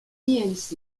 inc